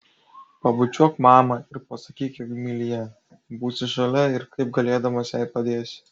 pabučiuok mamą ir pasakyk jog myli ją būsi šalia ir kaip galėdamas jai padėsi